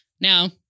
Now